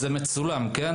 זה מצולם, כן?